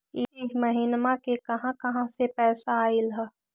इह महिनमा मे कहा कहा से पैसा आईल ह?